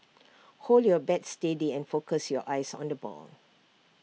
hold your bat steady and focus your eyes on the ball